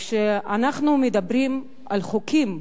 וכשאנחנו מדברים על חוקים,